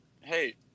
Hey